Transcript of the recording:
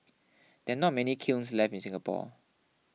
there are not many kilns left in Singapore